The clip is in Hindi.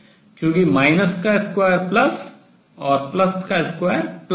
क्योंकि माइनस का स्क्वायर प्लस और प्लस का स्क्वायर प्लस है